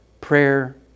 prayer